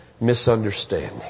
misunderstanding